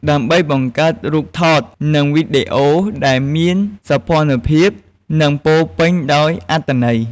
ដើម្បីបង្កើតរូបថត និងវីដេអូដែលមានសោភ័ណភាព និងពោរពេញដោយអត្ថន័យ។